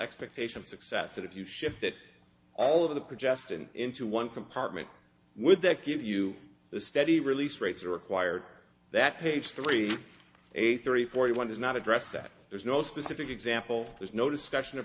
expectation of success if you shift that all of the protest and into one compartment would that give you the steady release rates required that page three eight three forty one does not address that there's no specific example there's no discussion of